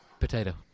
Potato